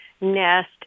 nest